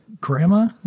grandma